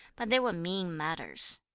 but they were mean matters.